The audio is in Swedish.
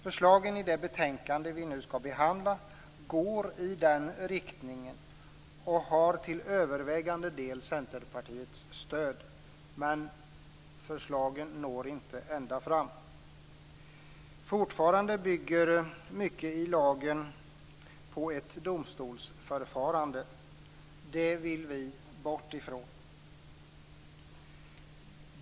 Förslagen i det betänkande vi nu skall behandla går i den riktningen och har till övervägande del Centerpartiets stöd, men de når inte ända fram. Fortfarande bygger mycket i lagen på ett domstolsförfarande. Det vill vi bort ifrån.